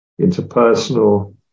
interpersonal